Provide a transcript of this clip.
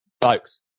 folks